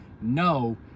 No